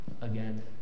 again